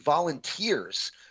volunteers